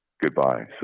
goodbye